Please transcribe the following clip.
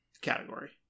category